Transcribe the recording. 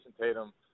Tatum